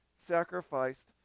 sacrificed